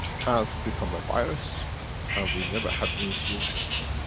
has become a virus and we never had any solution for it.